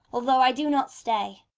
although i do not stay.